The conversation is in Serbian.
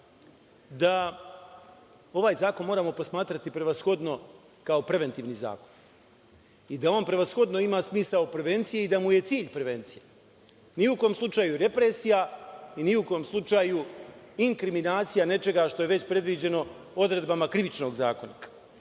da ovaj zakon moramo posmatrati prevashodno kao preventivni zakon i da on prevashodno ima smisao prevencije i da mu je cilj prevencija. Ni u kom slučaju represija i ni u kom slučaju inkriminacija nečega što je već predviđeno odredbama Krivičnog zakonika.